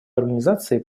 организаций